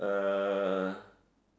uh